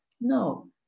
No